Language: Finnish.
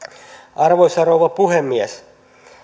arvoisa rouva puhemies